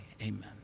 Amen